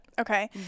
Okay